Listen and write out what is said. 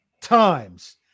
times